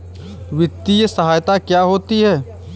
वित्तीय सहायता क्या होती है?